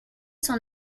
son